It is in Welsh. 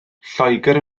lloegr